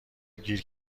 گیر